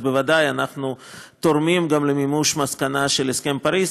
בוודאי אנחנו תורמים גם למימוש המסקנה של הסכם פריז,